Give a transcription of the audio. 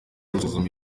gusuzuma